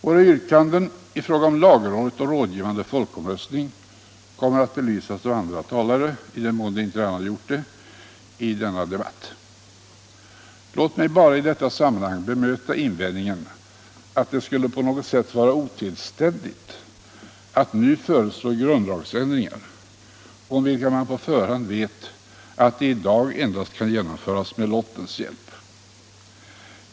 Våra yrkanden i fråga om lagrådet och rådgivande folkomröstning kommer att belysas av andra talare, i den mån de inte redan har gjort det i denna debatt. Låt mig bara i detta sammanhang bemöta invändningen att det på något sätt skulle vara otillständigt att nu föreslå grundlagsändringar om vilka man på förhand vet att de i dag endast kan genomföras med lottens hjälp.